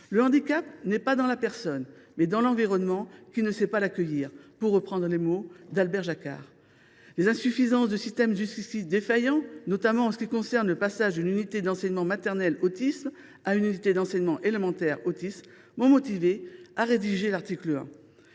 Le handicap n’est pas dans la personne, mais dans l’environnement qui ne sait pas l’accueillir », disait Albert Jacquard. Les insuffisances d’un système jusqu’ici défaillant, notamment en ce qui concerne le passage d’une unité d’enseignement en maternelle autisme (UEMA) à une unité d’enseignement élémentaire autisme (UEEA), m’ont motivée à rédiger l’article 1.